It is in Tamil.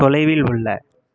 தொலைவில் உள்ள